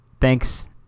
thanks